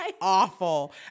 awful